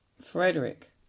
Frederick